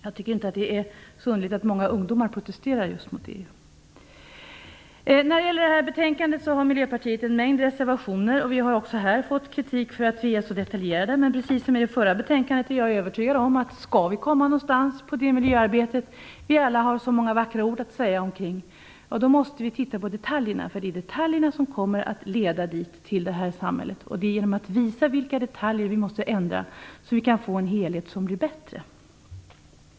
Jag tycker inte att det är så underligt att många ungdomar protesterar just mot Miljöpartiet har en mängd reservationer till betänkandet, och vi har också här fått kritik för att vi är så detaljerade. Men precis som i diskussionen om det förra betänkandet är jag övertygad om att vi måste titta på detaljerna om vi skall komma någon vart i det miljöarbete som vi alla har så många vackra ord att säga om. Det är detaljerna som kommer att leda till detta samhälle, och det är genom att visa vilka detaljer vi måste ändra som vi kan få en helhet som blir bättre.